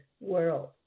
world